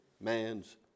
man's